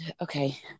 okay